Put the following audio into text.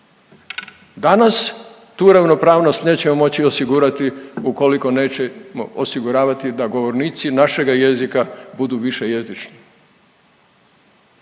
Danas tu ravnopravnost nećemo moći osigurati ukoliko nećemo osiguravati da govornici našega jezika budu višejezični.